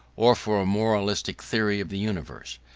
or for a moralistic theory of the universe.